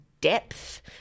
depth